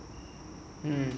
um okay